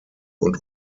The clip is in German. und